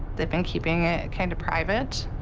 they'd been keeping it kind of private.